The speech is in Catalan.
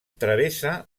travessa